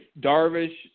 Darvish